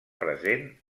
present